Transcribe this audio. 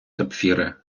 сапфіри